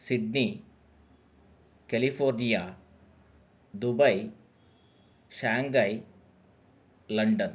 Sydney California Dubai Shanghai London